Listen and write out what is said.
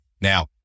Now